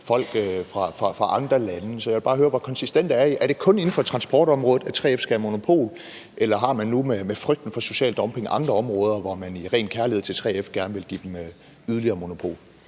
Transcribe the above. folk fra andre lande. Så jeg vil bare høre: Hvor konsistente er I? Er det kun inden for transportområdet, 3F skal have monopol, eller er der nu med frygten for social dumping andre områder, hvor man i ren kærlighed til 3F gerne vil give dem yderligere monopol?